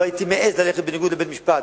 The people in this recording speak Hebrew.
לא הייתי מעז ללכת בניגוד לבית-משפט